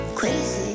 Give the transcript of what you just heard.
crazy